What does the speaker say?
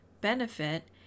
benefit